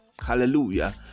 Hallelujah